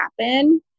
happen